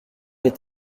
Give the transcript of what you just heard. est